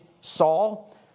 Saul